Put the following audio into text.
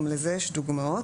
גם לזה יש דוגמאות,